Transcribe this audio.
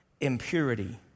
impurity